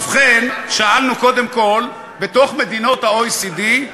ובכן, שאלנו, קודם כול, בתוך מדינות ה-OECD,